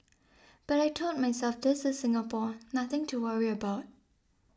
but I told myself this is Singapore nothing to worry about